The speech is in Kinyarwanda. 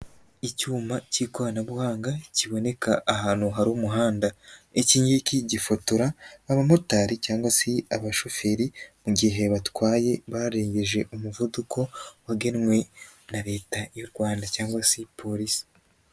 Icyuma k'ikoranabuhanga kiboneka ahantu hari umuhanda, iki ngiki gifotora nk'abamotari cyangwa se abashoferi mu gihe batwaye barengeje umuvuduko wagenwe na leta y'u Rwanda cyangwa se polisi.